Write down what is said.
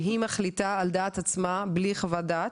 והיא מחליטה על דעת עצמה בלי חוות דעת,